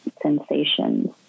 sensations